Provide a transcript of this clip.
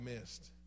missed